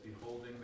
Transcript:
beholding